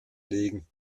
legen